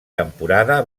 temporada